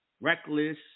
reckless